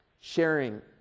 Sharing